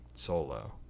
solo